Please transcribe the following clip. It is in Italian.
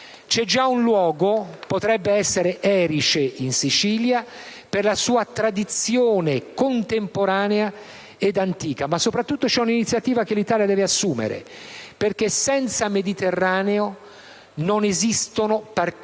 già un luogo: potrebbe essere Erice, in Sicilia, per la sua tradizione contemporanea ed antica. Ma soprattutto c'è un'iniziativa che l'Italia deve assumere, perché senza Mediterraneo non esistono partite